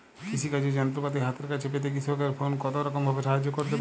কৃষিকাজের যন্ত্রপাতি হাতের কাছে পেতে কৃষকের ফোন কত রকম ভাবে সাহায্য করতে পারে?